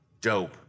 Dope